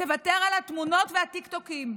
תוותר על התמונות והטיקטוקים,